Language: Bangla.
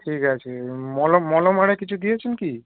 ঠিক আছে মলম মলম মানে কিছু দিয়েছেন কি